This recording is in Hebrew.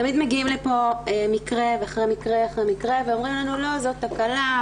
תמיד מגיעים לפה מקרה אחרי מקרה ואומרים לנו שזאת תקלה,